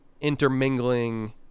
intermingling